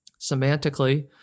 semantically